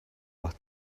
but